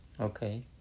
Okay